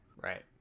Right